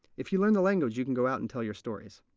if you learn the language, you can go out and tell your stories.